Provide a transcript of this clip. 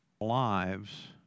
lives